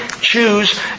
choose